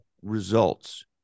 results